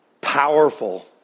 powerful